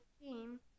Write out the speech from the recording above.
team